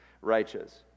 righteous